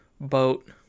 boat